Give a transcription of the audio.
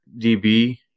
DB